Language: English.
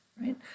right